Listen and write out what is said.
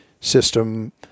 system